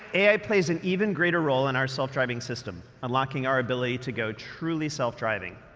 ai plays an even greater role in our self-driving system, unlocking our ability to go truly self-driving.